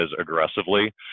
aggressively